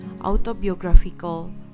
autobiographical